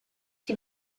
die